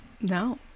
no